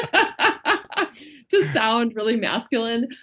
ah to sound really masculine.